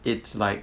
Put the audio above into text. it's like